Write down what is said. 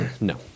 no